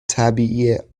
طبیعی